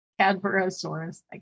Cadborosaurus